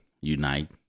unite